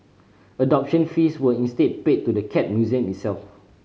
adoption fees were instead paid to the Cat Museum itself